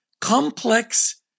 complex